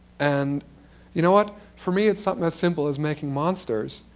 and you know what? for me, it's um as simple as making monsters,